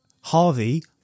Harvey